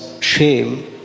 shame